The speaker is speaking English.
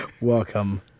Welcome